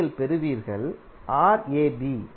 நீங்கள் பெறுவீர்கள் Rab 9